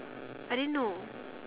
I didn't know